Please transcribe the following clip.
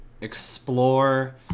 explore